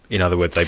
in other words, like